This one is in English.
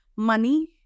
Money